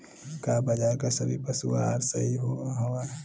का बाजार क सभी पशु आहार सही हवें?